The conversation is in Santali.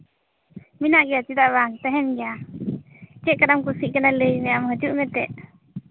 ᱢᱮᱱᱟᱜ ᱜᱮᱭᱟ ᱪᱮᱫᱟᱜ ᱵᱟᱝ ᱛᱟᱦᱮᱸᱱ ᱜᱮᱭᱟ ᱪᱮᱫ ᱞᱮᱠᱟᱱᱟᱜ ᱮᱢ ᱠᱩᱥᱤᱭᱟᱜ ᱠᱟᱱᱟ ᱟᱢ ᱦᱤᱡᱩᱜ ᱢᱮᱥᱮ